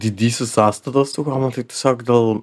didysis sąstatas tų komų tai tiesiog dėl